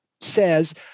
says